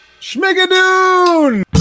Schmigadoon